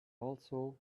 also